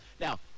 now